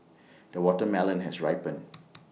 the watermelon has ripened